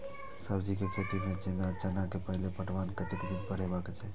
सब्जी के खेती में जेना चना के पहिले पटवन कतेक दिन पर हेबाक चाही?